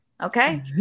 Okay